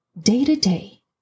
day-to-day